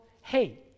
hey